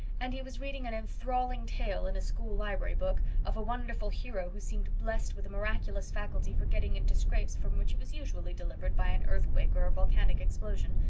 and he was reading an enthralling tale, in a school library book, of a wonderful hero who seemed blessed with a miraculous faculty for getting into scrapes from which he was usually delivered by an earthquake or a volcanic explosion,